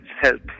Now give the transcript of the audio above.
help